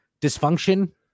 dysfunction